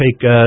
take